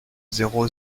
zéro